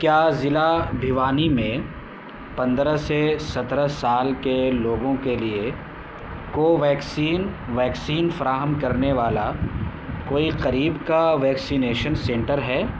کیا ضلع بھیوانی میں پندرہ سے سترہ سال کے لوگوں کے لیے کوویکسین ویکسین فراہم کرنے والا کوئی قریب کا ویکسینیشن سنٹر ہے